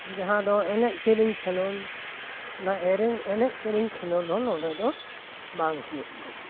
ᱡᱟᱦᱟᱸ ᱫᱚ ᱮᱱᱮᱡ ᱥᱮᱨᱮᱧ ᱠᱷᱮᱞᱳᱸᱰ ᱚᱱᱟ ᱮᱨᱮ ᱮᱱᱮᱡ ᱥᱮᱨᱮᱧ ᱠᱷᱮᱞᱳᱸᱰ ᱦᱚᱸ ᱱᱚᱰᱮ ᱫᱚ ᱵᱟᱝ ᱦᱩᱭᱩᱜ ᱠᱟᱱᱟ